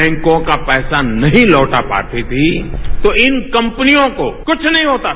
बैंकों का पैसा नहीं लौटा पाती थीं तो इन कंपनियों को कुछ नहीं होता था